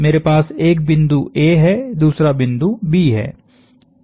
मेरे पास एक बिंदु A है दूसरा बिंदु B है